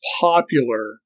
popular